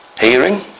Hearing